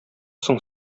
соң